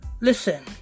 Listen